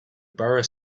borough